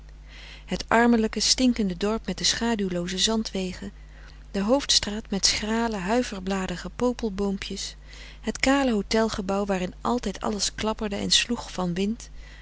het armelijke stinkende dorp met de schaduwlooze zandwegen de hoofdstraat met schrale huiver bladige popelboompjes het kale hotelgebouw waarin altijd alles klapperde en sloeg van wind